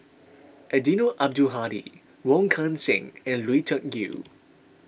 Eddino Abdul Hadi Wong Kan Seng and Lui Tuck Yew